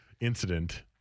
incident